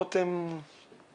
התשובות הן חיוביות,